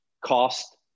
cost